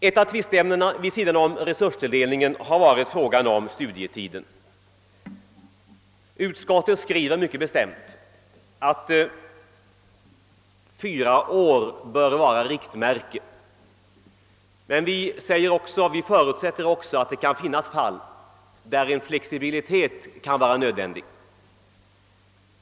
Ett av tvisteämnena vid sidan av resurstilldelningen har som sagt gällt studietiden. Utskottet skriver mycket bestämt att fyra år bör vara riktmärke, men vi förutsätter att det kan finnas fall där en flexibilitet är nödvändig.